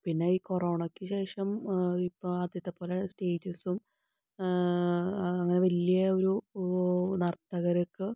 പിന്നെ ഈ കൊറോണയ്ക്ക് ശേഷം ഇപ്പോൾ ആദ്യത്തെപ്പോലെ സ്റ്റേജസും അങ്ങനെ വലിയ ഒരു നർത്തകർക്ക്